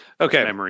Okay